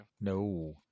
No